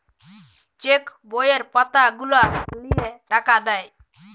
check বইয়ের পাতা গুলা লিয়ে টাকা দেয়